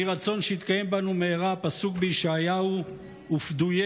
יהי רצון שיתקיים בנו במהרה הפסוק בישעיהו: "וּפְדויי